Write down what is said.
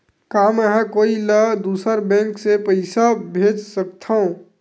का मेंहा कोई ला दूसर बैंक से पैसा भेज सकथव?